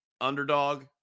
underdog